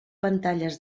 pantalles